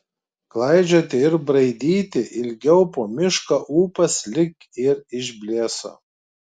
klaidžioti ir braidyti ilgiau po mišką ūpas lyg ir išblėso